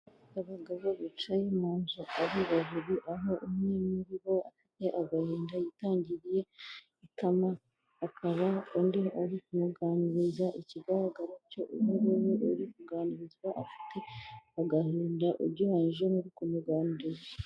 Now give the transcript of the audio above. Abagabo bicaye mu nzu ari babiri, aho umwe muri bo afite agahinda yitangiriye itama, akaba undi ari kumuganiriza, ikigaragara cyo uyu nguyu uri kuganirizwa afite agahinda, ugereranyije n'uri kumuganiriza.